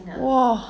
!wow!